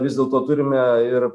vis dėlto turime ir